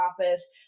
office